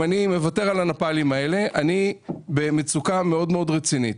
אם אני מוותר על הנפאלים האלה אני במצוקה מאוד רצינית.